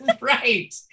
Right